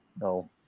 No